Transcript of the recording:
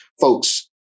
folks